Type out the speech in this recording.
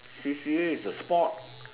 Cecelia is a spot